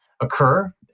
occur